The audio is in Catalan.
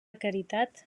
caritat